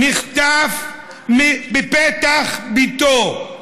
נחטף מפתח ביתו.